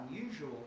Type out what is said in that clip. unusual